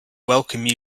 welcome